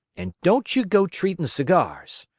and don't ye go treatin' cigars.